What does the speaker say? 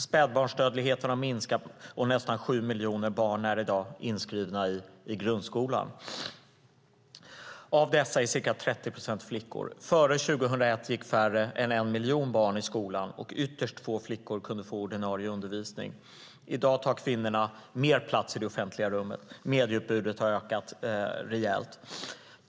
Spädbarnsdödligheten har minskat, och nästan sju miljoner barn är i dag inskrivna i grundskolan. Av dessa är ca 30 procent flickor. Före 2001 gick färre än en miljon barn i skolan, och ytterst få flickor kunde få ordinarie undervisning. I dag tar kvinnorna mer plats i det offentliga rummet. Medieutbudet har ökat rejält.